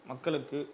மக்களுக்கு